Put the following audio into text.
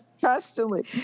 constantly